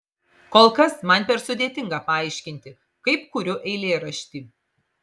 kol kas man per sudėtinga paaiškinti kaip kuriu eilėraštį